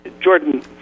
Jordan